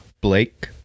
Blake